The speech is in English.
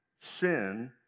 sin